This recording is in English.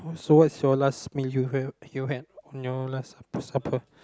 so what's your last meal you will you had on your last sup~ supper